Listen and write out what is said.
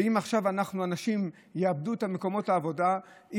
ואם עכשיו אנשים יאבדו את מקומות העבודה,